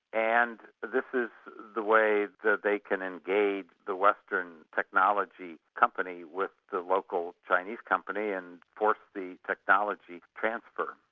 and this is the way that they can engage the western technology company with the local chinese company and force the technology transfer.